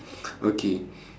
okay